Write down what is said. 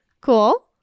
cool